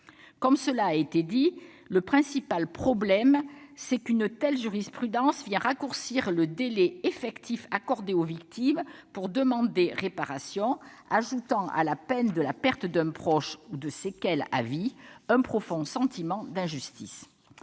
n'est pas définitif. Le principal problème est qu'une telle jurisprudence vient raccourcir le délai effectif accordé aux victimes pour demander réparation, ajoutant à la peine de la perte d'un proche ou de séquelles à vie un profond sentiment d'injustice.